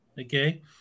Okay